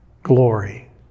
glory